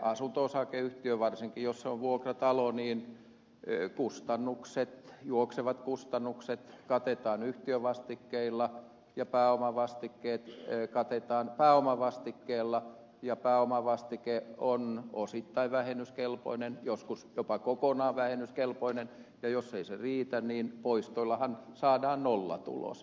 asunto osakeyhtiössä varsinkin jos se on vuokratalo juoksevat kustannukset katetaan yhtiövastikkeilla ja pääomavastikkeet katetaan pääomavastikkeella ja pääomavastike on osittain vähennyskelpoinen joskus jopa kokonaan vähennyskelpoinen ja jos se ei riitä niin poistoillahan saadaan nollatulos